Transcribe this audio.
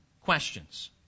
questions